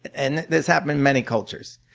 and this happened in many cultures.